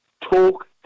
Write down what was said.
talk